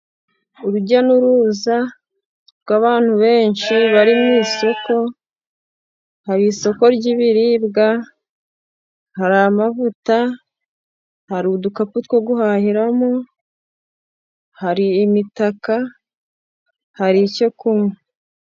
Urujya n'uruza rw'abantu benshi bari mu isoko, hari isoko ry'ibiribwa, hari amavuta, hari udukapu two guhahiramo, hari imitaka, hari icyo kunywa.